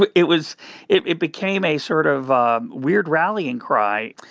but it was it it became a sort of a weird rallying cry.